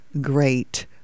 great